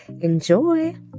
Enjoy